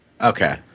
Okay